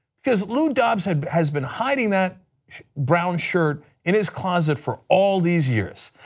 because lou dobbs has has been hiding that brown shirt in his closet for all these years,